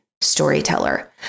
storyteller